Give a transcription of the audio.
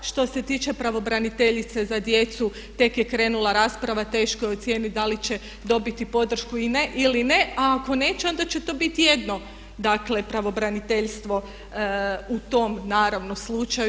Što se tiče pravobraniteljice za djecu, tek je krenula rasprava, teško je ocijeniti da li će dobiti podršku ili ne, a ako neće onda će to biti jedno dakle pravobraniteljstvo u tom naravno slučaju.